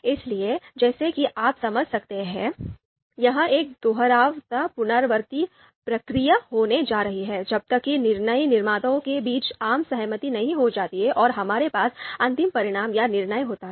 इसलिए जैसा कि आप समझ सकते हैं यह एक दोहरावदार पुनरावृत्ति प्रक्रिया होने जा रही है जब तक कि निर्णय निर्माताओं के बीच आम सहमति नहीं हो जाती है और हमारे पास अंतिम परिणाम या निर्णय होता है